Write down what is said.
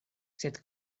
sed